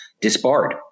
disbarred